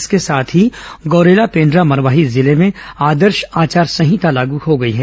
इसके साथ ही गौरेला पेण्ड्रा मरवाही जिले में आदर्श आचार संहिता लागू हो गई है